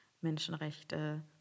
Menschenrechte